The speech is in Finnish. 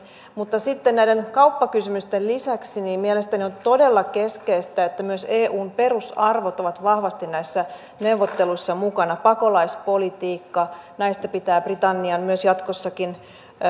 mutta näiden kauppakysymysten lisäksi mielestäni on todella keskeistä että myös eun perusarvot ovat vahvasti näissä neuvotteluissa mukana pakolaispolitiikka näistä pitää britannian myös jatkossa